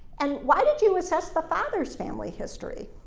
and why did you assess the father's family history?